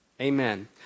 Amen